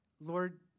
Lord